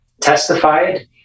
testified